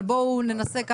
אבל בואו ננסה שיותר.